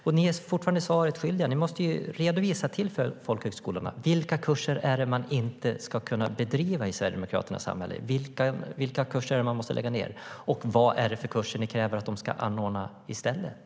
Ni är fortfarande svaret skyldiga. Ni måste redovisa för folkhögskolorna vilka kurser de inte ska kunna bedriva i Sverigedemokraternas samhälle. Vilka kurser måste de lägga ned? Vad är det för kurser ni kräver att de ska anordna i stället?